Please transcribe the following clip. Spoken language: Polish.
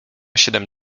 siedem